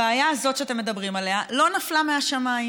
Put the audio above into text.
הבעיה הזאת שאתם מדברים עליה לא נפלה מהשמיים,